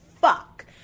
fuck